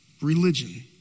Religion